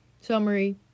summary